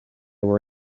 were